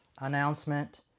announcement